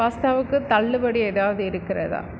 பாஸ்தாவுக்கு தள்ளுபடி ஏதாவது இருக்கிறதா